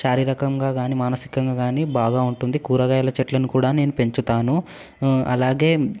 శారీరకంగా గానీ మానసికంగా గానీ బాగా ఉంటుంది కూరగాయల చెట్లను కూడా నేను పెంచుతాను అలాగే